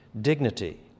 Dignity